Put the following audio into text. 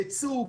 ייצוא,